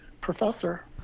professor